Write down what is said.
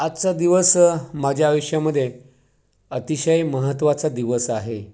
आजचा दिवस माझ्या आयुष्यामध्ये अतिशय महत्वाचा दिवस आहे